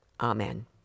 Amen